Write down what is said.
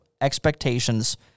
expectations